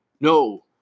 No